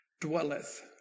dwelleth